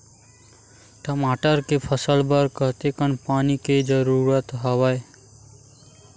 टमाटर के फसल बर कतेकन पानी के जरूरत हवय?